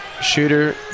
Shooter